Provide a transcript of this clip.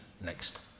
next